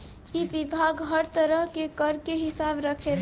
इ विभाग हर तरह के कर के हिसाब रखेला